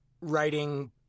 writing